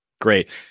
Great